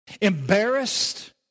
Embarrassed